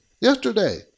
yesterday